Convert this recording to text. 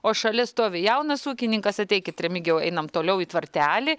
o šalia stovi jaunas ūkininkas ateikit remigijau einam toliau į tvartelį